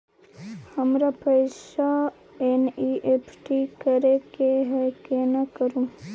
हमरा पैसा एन.ई.एफ.टी करे के है केना करू?